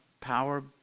power